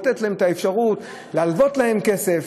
לתת את האפשרות להלוות להם כסף,